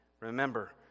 Remember